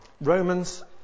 Romans